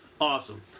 Awesome